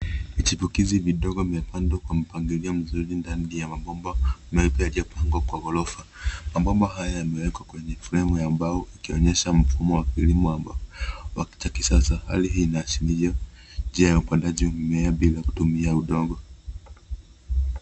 Vichipukizi vidogo vimepandwa kwa mpangilio mzuri ndani ya mabomba ambayo yamepangwa kwa ghorofa. Mabomba haya yamewekwa kwenye fremu ya mbao, inayoonyesha mfumo wa kilimo cha kisasa. Hali hii inaashiria njia ya upandaji wa mimea bila kutumia udongo.